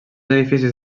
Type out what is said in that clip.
edificis